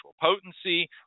potency